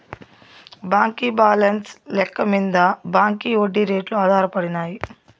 బాంకీ బాలెన్స్ లెక్క మింద బాంకీ ఒడ్డీ రేట్లు ఆధారపడినాయి